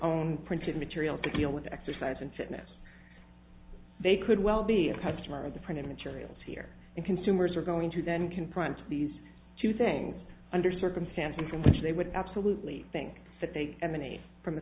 own printed material to deal with exercise and fitness they could well be a customer of the printed materials here and consumers are going to then confront these two things under circumstances in which they would absolutely think that they